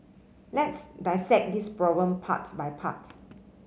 let's dissect this problem part by part